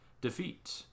defeat